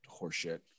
horseshit